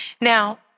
Now